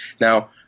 Now